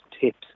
tips